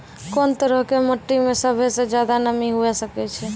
कोन तरहो के मट्टी मे सभ्भे से ज्यादे नमी हुये सकै छै?